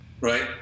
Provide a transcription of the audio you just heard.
right